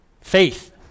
Faith